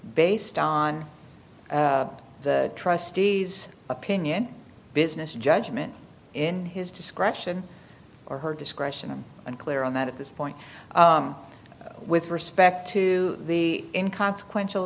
based on the trustees opinion business judgment in his discretion or her discretion i'm unclear on that at this point with respect to the in consequential